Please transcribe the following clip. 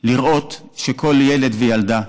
לראות שכל ילד, וילדה,